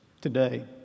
today